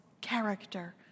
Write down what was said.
character